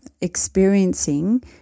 experiencing